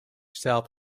south